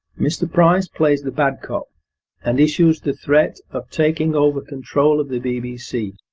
mr. price plays the bad cop and issues the threat of taking over control of the bbc,